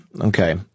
Okay